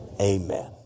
amen